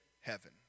heaven